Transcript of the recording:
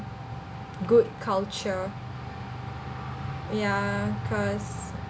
good culture yeah cause